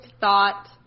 thought